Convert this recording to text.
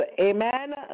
amen